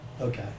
Okay